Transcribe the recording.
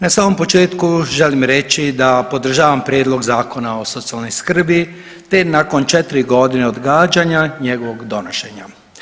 Na samom početku želim reći da podržavam Prijedlog zakona o socijalnoj skrbi, te nakon četiri godine odgađanja njegovog donošenja.